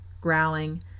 growling